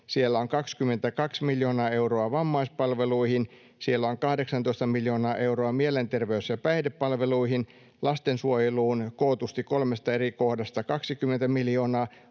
siellä on 22 miljoonaa euroa vammaispalveluihin, siellä on 18 miljoonaa euroa mielenterveys- ja päihdepalveluihin, lastensuojeluun kootusti kolmesta eri kohdasta 20 miljoonaa,